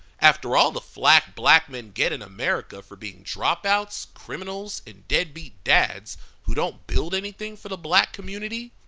after all the flack black men get in america for being dropouts, criminals, and deadbeat dads who don't build anything for the black community,